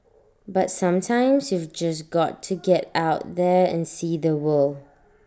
but sometimes you've just got to get out there and see the world